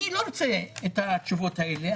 אני לא רוצה את התשובות האלה.